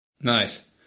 nice